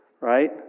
Right